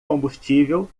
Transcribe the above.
combustível